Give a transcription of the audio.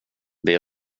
det